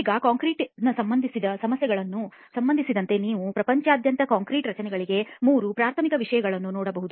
ಈಗ ಕಾಂಕ್ರೀಟ್ಗೆನ ಸಂಬಂಧಿಸಿದ ಸಮಸ್ಯೆಗಳಿಗೆ ಸಂಬಂಧಿಸಿದಂತೆ ನೀವು ಪ್ರಪಂಚದಾದ್ಯಂತದ ಕಾಂಕ್ರೀಟ್ ರಚನೆಗಳಿಗೆ ಮೂರು ಪ್ರಾಥಮಿಕ ವಿಷಯಗಳನ್ನು ನೋಡಬಹುದು